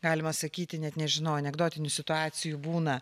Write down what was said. galima sakyti net nežinau anekdotinių situacijų būna